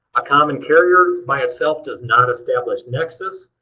a common carrier by itself does not establish nexus.